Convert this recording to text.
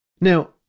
Now